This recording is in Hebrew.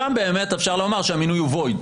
שם באמת אפשר לומר שהמינוי הוא void.